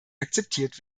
akzeptiert